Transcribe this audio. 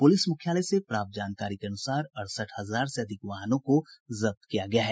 police मुख्यालय से प्राप्त जानकारी के अनुसार अड़सठ हजार से अधिक वाहनों को जब्त किया गया है